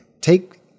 take